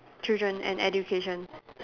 children and education